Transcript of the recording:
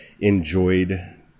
enjoyed